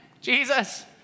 Jesus